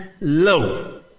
low